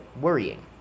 worrying